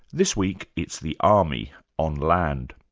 this week it's the army on land.